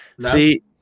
See